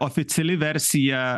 oficiali versija